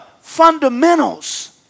fundamentals